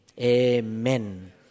Amen